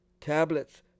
tablets